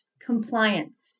compliance